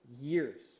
years